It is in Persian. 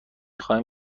خواهیم